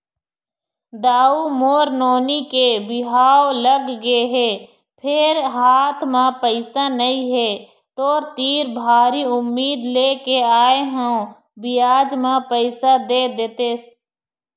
दाऊ मोर नोनी के बिहाव लगगे हे फेर हाथ म पइसा नइ हे, तोर तीर भारी उम्मीद लेके आय हंव बियाज म पइसा दे देतेस